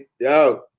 yo